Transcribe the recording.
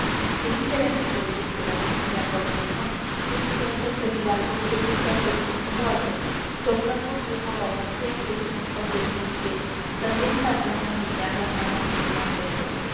non queredes morir como buen fidalgo á fierro non viváis entre fidalgos que fincan contino muertos tornadvos luégo á valencia que si non facéis más queso también saldrán á lidiar las damas que quedan dentro